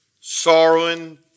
sorrowing